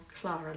Clara